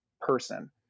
person